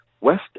West